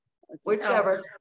Whichever